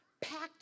packed